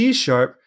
C-sharp